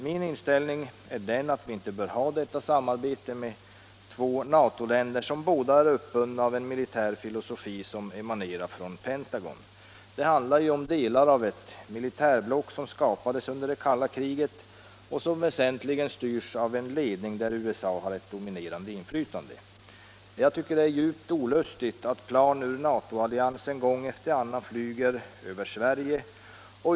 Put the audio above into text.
Min inställning är den att vi inte bör ha detta samarbete med två NATO-länder, som båda är uppbundna av en militär filosofi som emanerar från Pentagon. Det handlar ju om delar av ett militärblock som skapades under det kalla kriget och som väsentligen styrs av en ledning där USA har ett dominerande inflytande. Jag finner det djupt olustigt att plan ur NATO-alliansen gång efter annan flyger över Sverige.